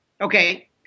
Okay